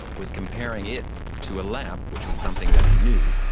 was comparing it to a lamp, which was something that he knew.